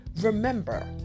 remember